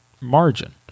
margin